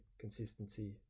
consistency